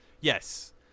Yes